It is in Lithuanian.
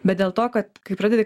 bet dėl to kad kai pradedi